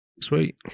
sweet